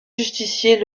justiciers